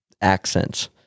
accents